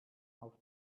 auf